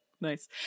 Nice